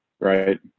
right